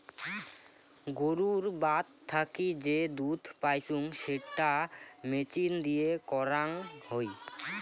গুরুর বাত থাকি যে দুধ পাইচুঙ সেটা মেচিন দিয়ে করাং হই